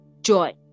joy